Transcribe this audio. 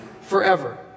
forever